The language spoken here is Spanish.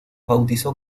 bautizó